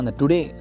today